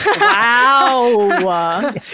wow